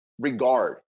regard